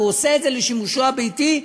הוא עושה את זה לשימושו הביתי,